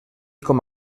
com